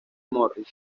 morris